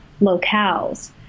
locales